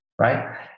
right